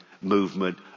movement